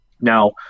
now